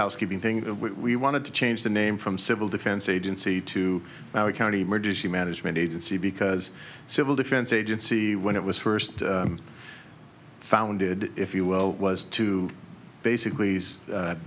housekeeping thing that we wanted to change the name from civil defense agency to our county emergency management agency because civil defense agency when it was first founded if you will was to basically